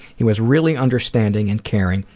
he was really understanding and caring.